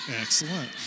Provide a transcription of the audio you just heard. Excellent